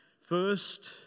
First